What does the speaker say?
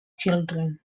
children